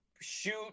shoot